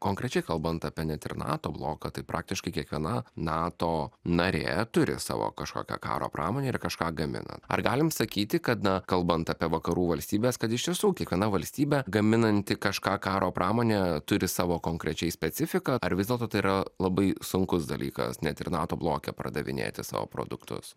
konkrečiai kalbant apie net ir nato bloką tai praktiškai kiekviena nato narė turi savo kažkokią karo pramonę ir kažką gamina ar galim sakyti kad na kalbant apie vakarų valstybes kad iš tiesų kiekviena valstybė gaminanti kažką karo pramonė turi savo konkrečiai specifiką ar vis dėlto tai yra labai sunkus dalykas net ir nato bloke pardavinėti savo produktus